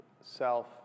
self